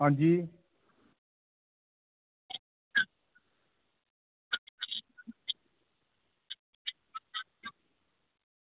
आं जी